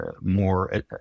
more